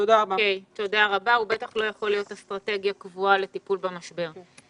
הוא בטח לא יכול להיות אסטרטגיה קבועה לטיפול במשבר.